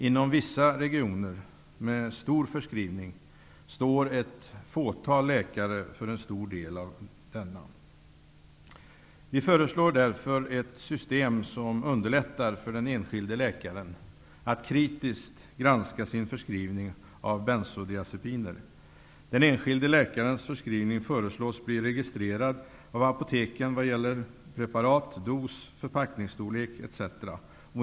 Inom vissa regio ner med stor förskrivning står ett fåtal läkare för en stor del av denna. Vi föreslår därför ett system som underlättar för den enskilde läkaren att kritiskt granska sin förskrivning av bensodiazepiner. Den enskilde lä karens förskrivning föreslås bli registrerad av apo teken vad gäller preparat, dos och förpacknings storlek etc.